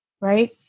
right